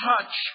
touch